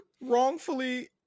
wrongfully